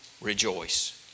rejoice